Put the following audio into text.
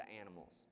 Animals